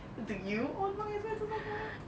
do you own Marks and Spencer underwear